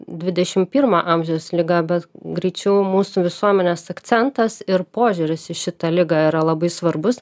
dvidešimt pirmo amžiaus liaą bet greičiau mūsų visuomenės akcentas ir požiūris į šitą ligą yra labai svarbus